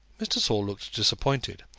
mr. saul looked disappointed.